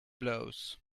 blows